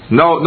no